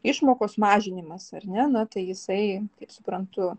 išmokos mažinimas ar ne tai jisai kaip suprantu